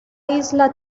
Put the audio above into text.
isla